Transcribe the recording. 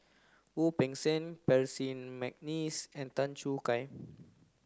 Wu Peng Seng Percy McNeice and Tan Choo Kai